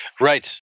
Right